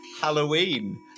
Halloween